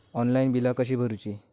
Online बिला कशी भरूची?